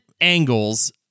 angles